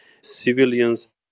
civilians